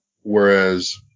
Whereas